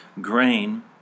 grain